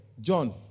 John